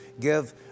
give